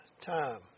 time